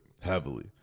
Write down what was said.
heavily